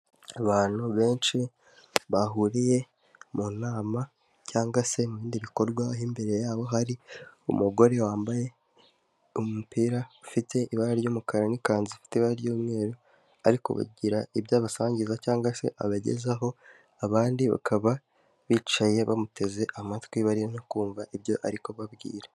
Abantu benshi bahuriye mu nama cyangwa se mu bindi bikorwa, aho imbere yabo hari umugore wambaye umupira ufite ibara ry'umukara n'ikanzu ifite ibara ry'umweru, ari kugira ibyo abasangiza cyangwa se abagezaho, abandi bakaba bicaye bamuteze amatwi, bari no kumva ibyo ari kubabwira.